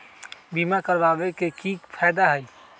बीमा करबाबे के कि कि फायदा हई?